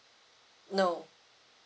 no